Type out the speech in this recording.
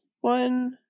one